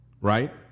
Right